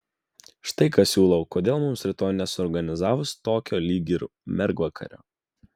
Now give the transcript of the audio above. štai ką siūlau kodėl mums rytoj nesuorganizavus tokio lyg ir mergvakario